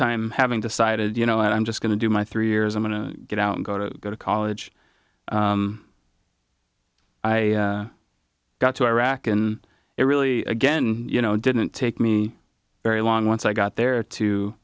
time having decided you know i'm just going to do my three years i'm going to get out and go to go to college i got to iraq and it really again you know didn't take me very long once i got there to